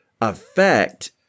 affect